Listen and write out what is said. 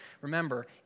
remember